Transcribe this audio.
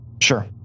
Sure